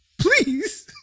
Please